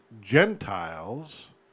Gentiles